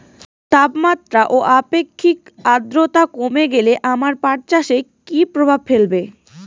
তাপমাত্রা ও আপেক্ষিক আদ্রর্তা কমে গেলে আমার পাট চাষে কী প্রভাব ফেলবে?